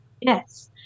Yes